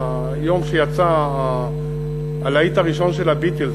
ביום שיצא הלהיט הראשון של ה"ביטלס",